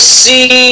see